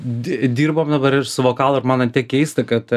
di dirbam dabar ir su vokalu ir man an tiek keista kad